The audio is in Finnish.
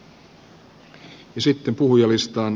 ja sitten puhujalistaan